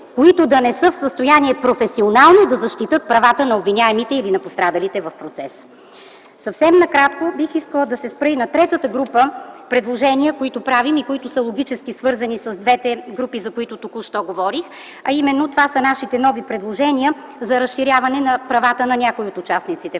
които да не са в състояние професионално да защитят правата на обвиняемите или на пострадалите в процеса. Съвсем накратко бих искала да се спра и на третата група предложения, които правим и които са логически свързани с двете групи, за които току-що говорих. Това са нашите нови предложения за разширяване на правата на някои от участниците